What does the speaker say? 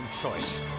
choice